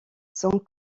son